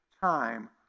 time